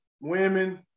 women